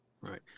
Right